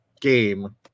game